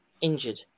injured